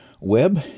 web